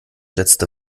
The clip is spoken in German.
letzte